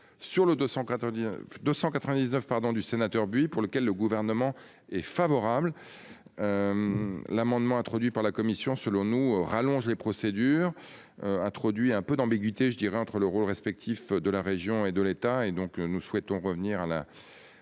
pardon, du sénateur Buy pour lequel le gouvernement est favorable. L'amendement introduit par la commission selon nous rallonge les procédures. Introduit un peu d'ambiguïté, je dirais, entre le rôle respectif de la région et de l'État et donc nous souhaitons revenir à la.